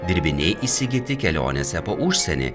dirbiniai įsigyti kelionėse po užsienį